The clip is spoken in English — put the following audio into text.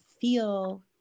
feel